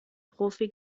profi